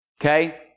okay